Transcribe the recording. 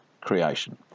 creation